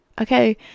Okay